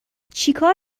چیکار